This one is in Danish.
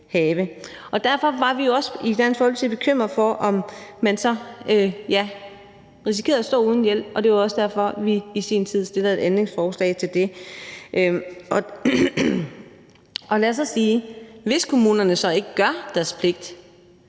derfor var vi i Dansk Folkeparti også bekymrede for, om man så – ja – risikerede at stå uden hjælp, og det var også derfor, vi i sin tid stillede et ændringsforslag. Men det vil altså sige, at hvis kommunerne så ikke gør deres pligt,